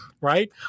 Right